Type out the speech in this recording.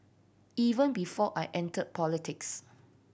even before I entered politics